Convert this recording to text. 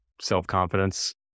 self-confidence